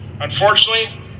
Unfortunately